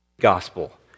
gospel